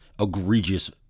egregious